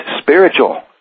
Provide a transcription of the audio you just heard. spiritual